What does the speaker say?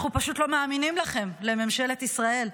אנחנו פשוט לא מאמינים לכם, לממשלת ישראל.